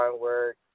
work